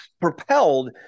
propelled